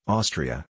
Austria